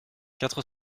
quatre